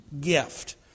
gift